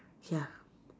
ya